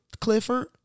clifford